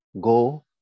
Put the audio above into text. Go